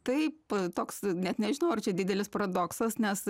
taip toks net nežinau ar čia didelis paradoksas nes